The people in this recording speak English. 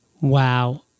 Wow